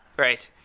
right.